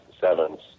sevens